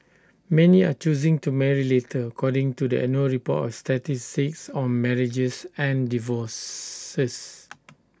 many are choosing to marry later according to the annual report on statistics on marriages and divorces